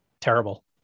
Terrible